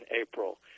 April